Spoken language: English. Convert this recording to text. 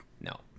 No